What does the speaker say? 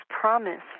promise